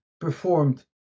performed